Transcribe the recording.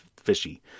fishy